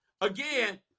Again